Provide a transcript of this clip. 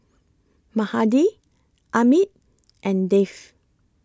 Mahade Amit and Dev